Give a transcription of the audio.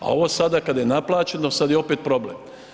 A ovo sada kada je naplaćeno, sad je opet problem.